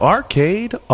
Arcade